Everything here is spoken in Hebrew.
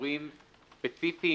אישורים ספציפיים,